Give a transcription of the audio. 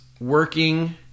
working